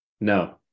no